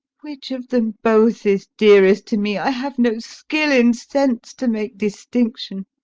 which of them both is dearest to me i have no skill in sense to make distinction.